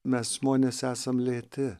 mes žmonės esam lėti